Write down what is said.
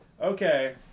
okay